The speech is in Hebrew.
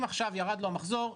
אם עכשיו ירד לו המחזור,